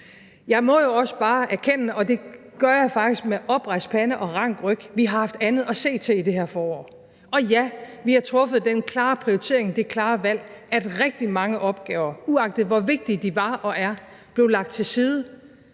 Jeg må jo også bare erkende – og det gør jeg faktisk med oprejst pande og rank ryg – at vi har haft andet at se til i det her forår. Og ja, vi har truffet det klare valg, den klare prioritering, at rigtig mange opgaver, uagtet hvor vigtige de var og er, blev lagt til side,